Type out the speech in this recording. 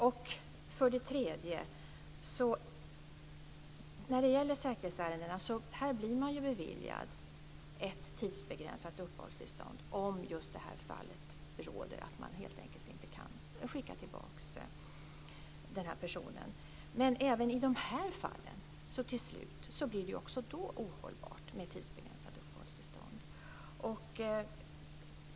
Det är också så när det gäller säkerhetsärendena att man blir beviljad ett tidsbegränsat uppehållstillstånd om just det fallet inträffar att det helt enkelt inte går att skicka tillbaka personen. Men även i de fallen blir det ju till slut ohållbart med tidsbegränsade uppehållstillstånd.